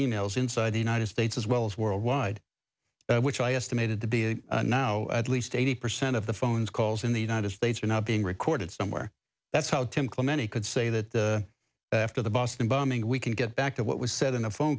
e mails inside the united states as well as worldwide which i estimated to be now at least eighty percent of the phone calls in the united states are now being recorded somewhere that's how tim clemente could say that after the boston bombing we can get back to what was said in a phone